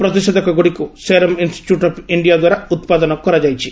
ପ୍ରତିଷେଧକଗୁଡ଼ିକୁ Serum Institute of India ଦ୍ୱାରା ଉତ୍ପାଦନ କରାଯାଇଛି